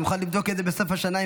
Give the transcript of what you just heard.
נוכל לבדוק את זה בסוף השנה,